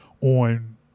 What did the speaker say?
on